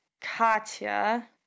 katya